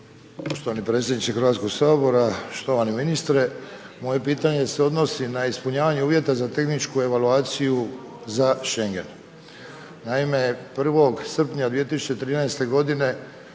Poštovani predsjedniče Hrvatskog sabora, štovani ministre, moje pitanje se odnosi na ispunjavanje uvjeta za tehničku evaluaciju za Schengen. Naime, 1. srpnja 2013. godine